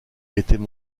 étaient